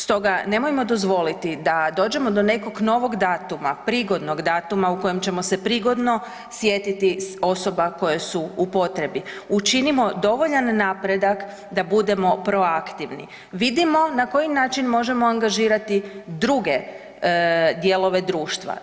Stoga nemojmo dozvoliti da dođemo do nekog novog datuma prigodnog datuma u kojem ćemo se prigodno sjetiti osoba koje su u potrebi, učinimo dovoljan napredak da budemo proaktivni, vidimo na koji način možemo angažirati druge dijelove društva.